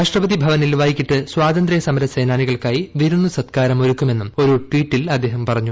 രാഷ്ട്രപതി ഭവനിൽ വൈകിട്ട് സ്വതന്ത്യ സമരസേനാനികൾക്കായ് വിരുന്നു സത്കാരം ഒരുക്കുമെന്നും ഒരു ട്വീറ്റിൽ അദ്ദേഹം പറഞ്ഞു